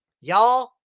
y'all